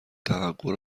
توقع